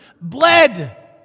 bled